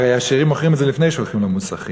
הרי עשירים מוכרים את זה לפני שהולכים למוסכים.